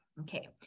okay